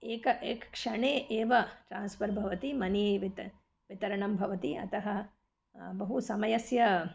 एकं एकक्षणे एव ट्रान्स्फ़र् भवति मनी वित् वितरणं भवति अतः बहु समयस्य